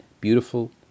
beautiful